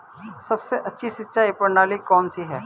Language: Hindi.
सबसे अच्छी सिंचाई प्रणाली कौन सी है?